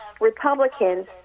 Republicans